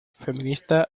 feminista